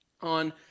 on